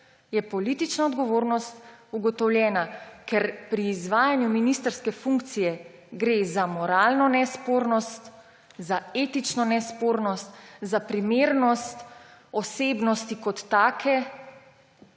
je politična odgovornost ugotovljena. Ker pri izvajanju ministrske funkcije gre za moralno nespornost, za etično nespornost, za primernost osebnosti kot take,